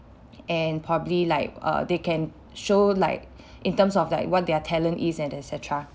and probably like err they can show like in terms of like what their talent is and etcetera